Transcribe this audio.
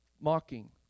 mocking